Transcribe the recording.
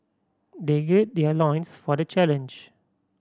they gird their loins for the challenge